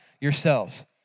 yourselves